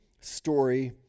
story